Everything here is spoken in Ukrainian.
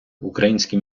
українські